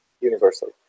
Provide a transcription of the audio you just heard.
universally